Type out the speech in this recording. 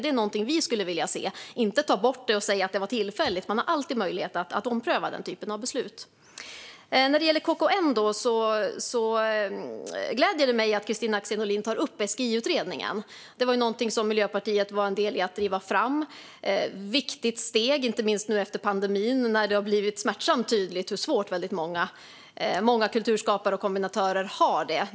Det skulle vi vilja se - inte att man tar bort det och säger att det var tillfälligt. Man har alltid möjlighet att ompröva den typen av beslut. När det gäller KKN gläder det mig att Kristina Axén Olin tar upp SGI-utredningen. Den var Miljöpartiet med om att driva fram - ett viktigt steg, inte minst nu efter pandemin, när det har blivit smärtsamt tydligt hur svårt många kulturskapare och kombinatörer har det.